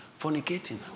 fornicating